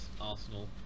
Arsenal